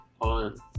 on